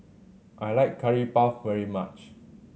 I like Curry Puff very much